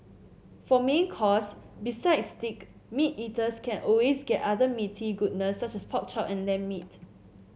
for main course besides steak meat eaters can always get other meaty goodness such as pork chop and lamb meat